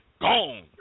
Gone